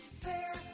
fair